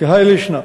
כהאי לישנא: